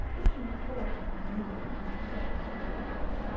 but she recoiled from him, leaving him in possession of the hearth-rug.